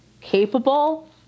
capable